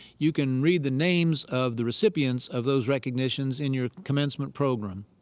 you can read the names of the recipients of those recognitions in your commencement program.